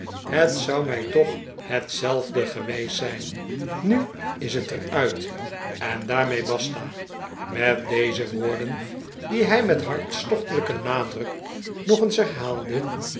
het zou mij toch hetzelfde geweest zijn nu is het er uit en daarmee basta met deze woorden die hij met hartstochtelijken nadruk nog eens herhaalde